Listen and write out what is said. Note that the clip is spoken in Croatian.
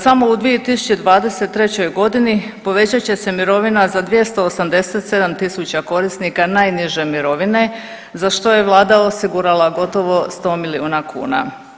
Samo u 2023. godini povećat će se mirovina za 287.000 korisnika najniže mirovine za što je vlada osigurala gotovo 100 milijuna kuna.